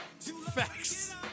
facts